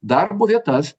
darbo vietas